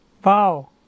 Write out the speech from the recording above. Wow